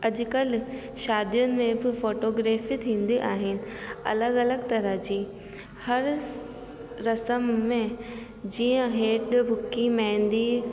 अॼुकल्ह शादियुनि में बि फोटोग्रेफी थींदी आहिनि अलॻि अलॻि तरह जी हर रसम में जीअं हेड ॿुकी मेंहदी